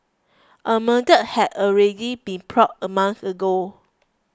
a murder had already been plotted a month ago